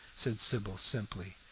said sybil, simply.